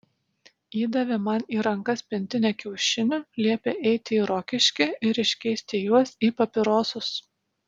įdavė man į rankas pintinę kiaušinių liepė eiti į rokiškį ir iškeisti juos į papirosus